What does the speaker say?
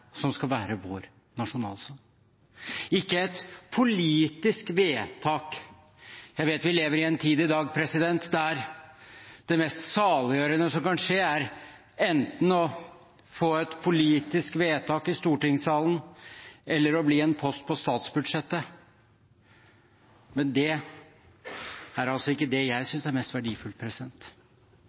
som skal være vår nasjonalsang – ikke ved et politisk vedtak. Jeg vet vi lever i en tid i dag der det mest saliggjørende som kan skje, er enten å få et politisk vedtak i stortingssalen eller å bli en post på statsbudsjettet. Det er altså ikke det jeg synes er mest verdifullt.